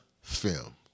film